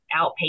outpatient